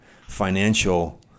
financial